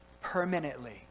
permanently